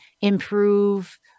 improve